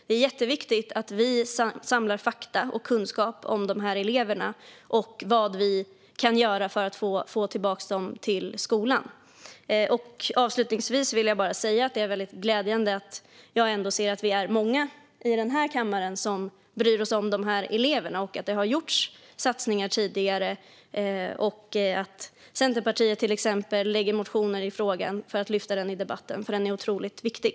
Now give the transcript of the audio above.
Det är jätteviktigt att vi samlar fakta och kunskap om dessa elever och vad vi kan göra för att få tillbaka dem till skolan. Avslutningsvis vill jag bara säga att det är glädjande att se att vi är många i den här kammaren som bryr oss om dessa elever, att det har gjorts satsningar tidigare och att Centerpartiet till exempel lägger motioner i frågan för att lyfta upp den i debatten, för frågan är otroligt viktig.